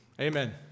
Amen